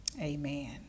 Amen